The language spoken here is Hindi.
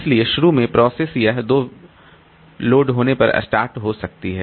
इसलिए शुरू में प्रोसेस यह दो भेजें लोड होने पर स्टार्ट हो सकती है